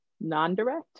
non-direct